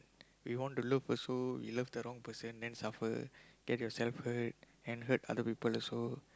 we want to love also love the wrong person then suffer get yourself hurt and hurt other people also